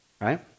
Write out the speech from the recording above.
right